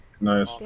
nice